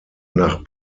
nach